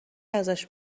ازش